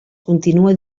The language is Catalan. continua